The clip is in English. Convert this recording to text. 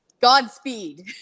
Godspeed